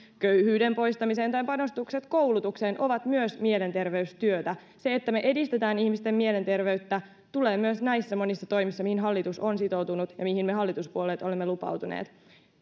köyhyyden poistamiseen tai koulutukseen ovat myös mielenterveystyötä se että me edistämme ihmisten mielenterveyttä tulee myös näissä monissa toimissa mihin hallitus on sitoutunut ja mihin me hallituspuolueet olemme lupautuneet